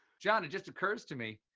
john, and just occurs to me,